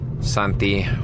Santi